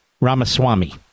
Ramaswamy